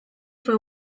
fue